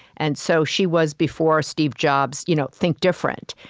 and so she was, before steve jobs you know think different.